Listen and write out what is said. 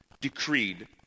decreed